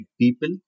people